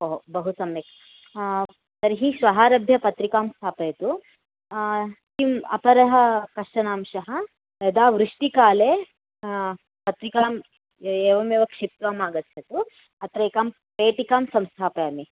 ओहो बहु सम्यक् तर्हि श्वः आरभ्य पत्रिकां स्थापयतु किम् अपरः कश्चनांशः यदा वृष्टिकाले पत्रिकां एवमेव क्षेत्रं आगच्छतु अत्र एकां पेटिकां संस्थापयामि